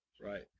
Right